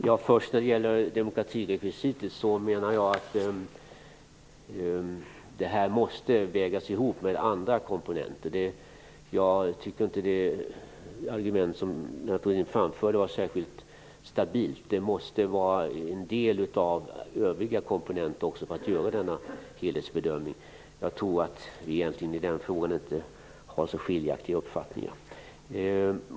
Herr talman! Jag menar att demokratirekvisitet måste vägas ihop med andra komponenter. Jag tycker inte att det argument Lennart Rohdin framförde var särskilt stabilt. Det måste också till en del av övriga komponenter för att göra denna helhetsbedömning. Jag tror att vi egentligen inte har så skiljaktiga uppfattningar i den frågan.